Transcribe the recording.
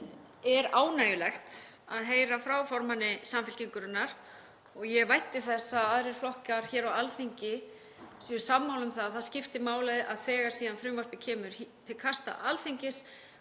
er ánægjulegt að heyra frá formanni Samfylkingarinnar og ég vænti þess að aðrir flokkar hér á Alþingi séu sammála um að það skiptir máli að þegar síðan frumvarpið kemur til kasta Alþingis